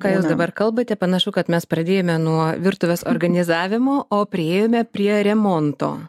ką jūs dabar kalbate panašu kad mes pradėjome nuo virtuvės organizavimo o priėjome prie remonto